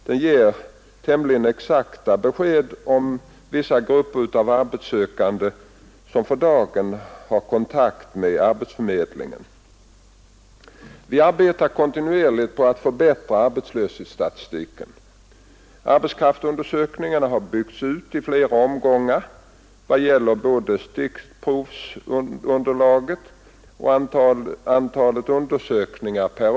Den ger tämligen exakta besked om vissa grupper av arbetssökande som för dagen har kontakt med arbetsförmedlingen. Vi arbetar kontinuerligt på att förbättra arbetslöshetsstatistiken. Nr 16 Arbetskraftsundersökningarna har byggts ut i flera omgångar i vad gäller Torsdagen den både stickprovsunderlaget och antalet undersökningar per år.